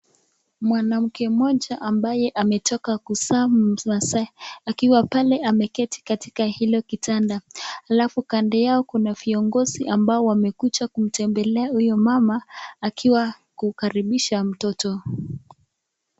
Mwanamke mmoja ambaye ametoka kuzaa akiwa pale ameketi katika hilo kitanda halafu Kando Yao kuna viongozi ambao wamekuja kumtembelea huyo mama akiwa kukaribisha mtoto.